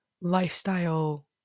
lifestyle